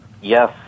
Yes